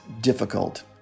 difficult